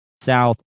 south